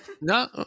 No